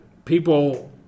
people